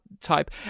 type